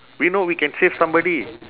we know we can save somebody